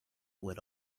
with